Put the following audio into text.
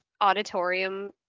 auditorium